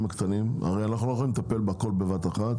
הקטנים הרי אנחנו אל יכולים לטפל בכול בבת אחת